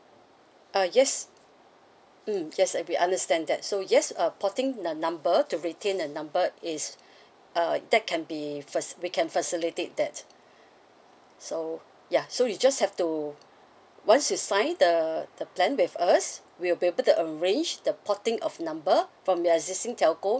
uh yes mm yes and we understand that so yes uh porting the number to retain the number is uh that can be first we can facilitate that so ya so you just have to once you sign the the plan with us we'll be able to arrange the porting of number from your existing telco